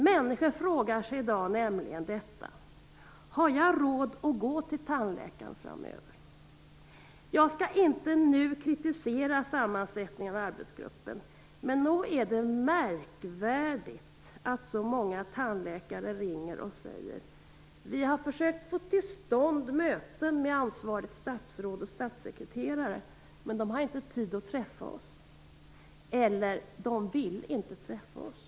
Människor frågar sig nämligen i dag: Har jag råd att gå till tandläkaren framöver? Jag skall inte nu kritisera sammansättningen av arbetsgruppen, men nog är det märkligt att så många tandläkare ringer och säger: Vi har försökt få till stånd möten med ansvarigt stadsråd och med statssekreteraren, men de har inte tid att träffa oss - eller också vill de inte träffa oss.